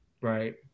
Right